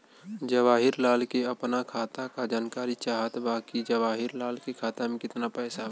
जवाहिर लाल के अपना खाता का जानकारी चाहत बा की जवाहिर लाल के खाता में कितना पैसा बा?